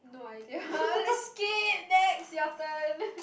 no idea skip next your turn